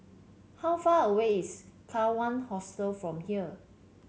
how far away is Kawan Hostel from here